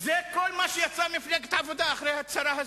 זה כל מה שיצא ממפלגת העבודה אחרי ההצהרה הזו,